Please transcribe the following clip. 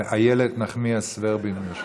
איילת נחמיאס ורבין, בבקשה.